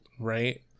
Right